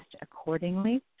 accordingly